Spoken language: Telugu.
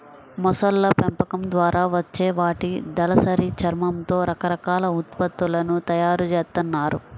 మొసళ్ళ పెంపకం ద్వారా వచ్చే వాటి దళసరి చర్మంతో రకరకాల ఉత్పత్తులను తయ్యారు జేత్తన్నారు